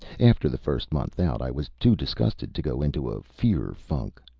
after the first month out, i was too disgusted to go into a fear funk.